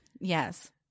Yes